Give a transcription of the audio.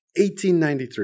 1893